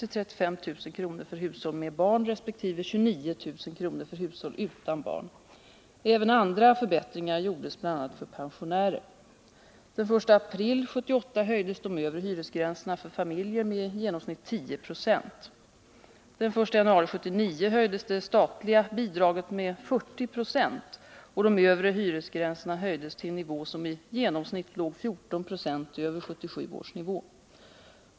till 35 000 kr. för hushåll med barn resp. 29 000 kr. för hushåll utan barn. Även andra förbättringar gjordes bl.a. för pensionärer. Den 1 januari 1979 höjdes det statliga bidraget med 40 96, och de övre hyresgränserna höjdes till en nivå som i genomsnitt låg 14 96 över 1977 års nivå.